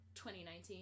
2019